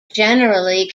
generally